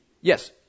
Yes